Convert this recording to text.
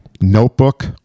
Notebook